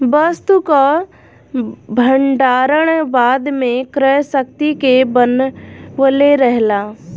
वस्तु कअ भण्डारण बाद में क्रय शक्ति के बनवले रहेला